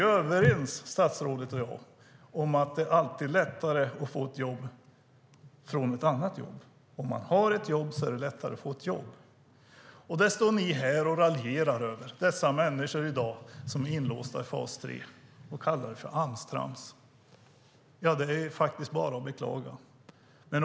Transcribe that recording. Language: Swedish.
Vi är överens, statsrådet och jag, om att det alltid är lättare att få ett jobb om man redan har ett jobb. Det står ni här och raljerar över, de människor som i dag är inlåsta i fas 3, och kallar det för Amstrams. Det är bara att beklaga.